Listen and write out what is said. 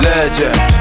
Legend